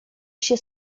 się